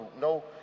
no